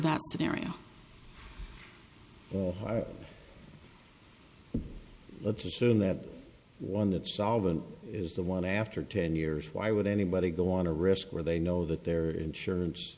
that scenario or let's assume that one that solvent is the one after ten years why would anybody go on a risk where they know that their insurance